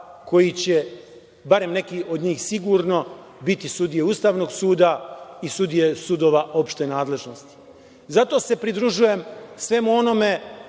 koji će, barem neki od njih sigurno, biti sudije Ustavnog suda i sudije sudova opšte nadležnosti. Zato se pridružujem svemu onome